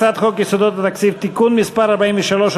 חוק יסודות התקציב (תיקון מס' 43,